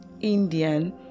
Indian